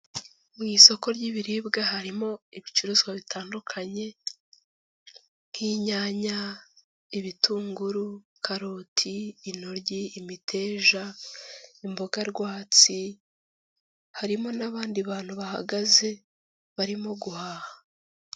Mu isoko ry'ibiribwa harimo ibicuruzwa bitandukanye. Nk'inyanya, ibitunguru, karoti, intoryi, imiteja, imboga rwatsi. Harimo n'abandi bantu bahagaze barimo guhaha.